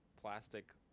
plastic